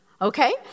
Okay